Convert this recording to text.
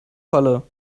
falle